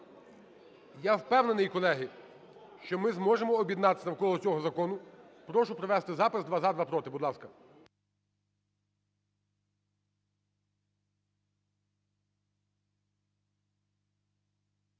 Я впевнений, колеги, що ми зможемо об'єднатися навколо цього закону. Прошу провести запис: два – за, два – проти. Будь ласка.